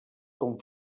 com